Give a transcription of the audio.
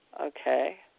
Okay